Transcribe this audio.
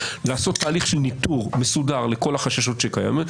לעשות הליך של ניטור מסודר לכל החששות שקיימים,